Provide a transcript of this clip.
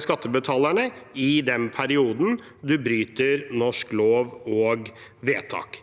skattebetalerne i den perioden man bryter norsk lov og vedtak.